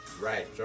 Right